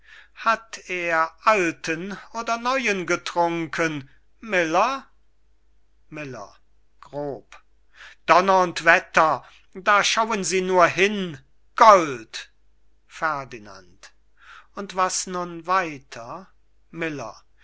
hat er alten oder neuen getrunken miller miller grob donner und wetter da schauen sie nur hin gold ferdinand und was weiter miller